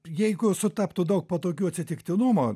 jeigu sutaptų daug patogių atsitiktinumo